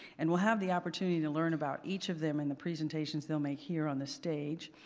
and we'll have the opportunity to learn about each of them and the presentations they'll make here on the stage,